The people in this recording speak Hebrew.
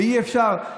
ואי-אפשר.